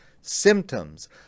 symptoms